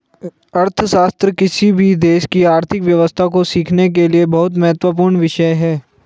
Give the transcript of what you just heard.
अर्थशास्त्र किसी भी देश की आर्थिक व्यवस्था को सीखने के लिए बहुत महत्वपूर्ण विषय हैं